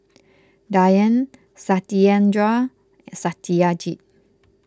Dhyan Satyendra and Satyajit